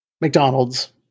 McDonald's